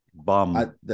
Bum